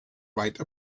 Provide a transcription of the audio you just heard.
write